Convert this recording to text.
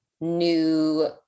new